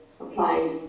applied